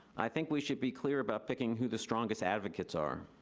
i think we should be clear about picking who the strongest advocates are.